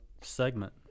segment